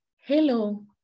Hello